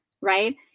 right